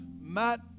Matt